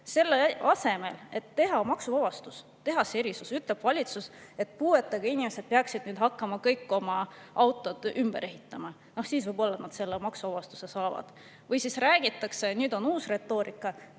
Selle asemel, et teha maksuvabastus, teha see erisus, ütleb valitsus, et puuetega inimesed peaksid nüüd kõik hakkama oma autosid ümber ehitama. Siis nad võib-olla selle maksuvabastuse saavad. Või räägitakse, nüüd on uus retoorika,